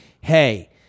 hey